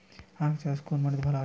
আখ চাষ কোন মাটিতে ভালো হয়?